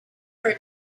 her